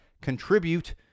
contribute